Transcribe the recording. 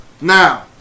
Now